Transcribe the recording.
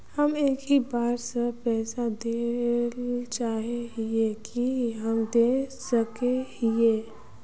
हम एक ही बार सब पैसा देल चाहे हिये की हम दे सके हीये?